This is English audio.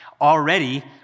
Already